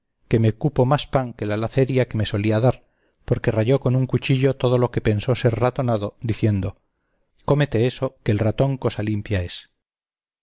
que me cupo más pan que la laceria que me solía dar porque rayó con un cuchillo todo lo que pensó ser ratonado diciendo cómete eso que el ratón cosa limpia es